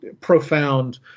profound